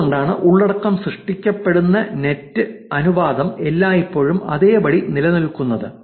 അതുകൊണ്ടാണ് ഉള്ളടക്കം സൃഷ്ടിക്കപ്പെടുന്ന നെറ്റ് അനുപാതം എല്ലായ്പ്പോഴും അതേപടി നിലനിൽക്കുന്നത്